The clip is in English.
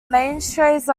mainstays